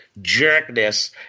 jerkness